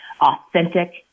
authentic